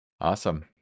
Awesome